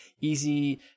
easy